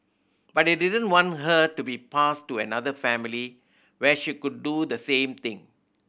but I didn't want her to be passed to another family where she could do the same thing